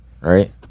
right